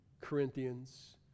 Corinthians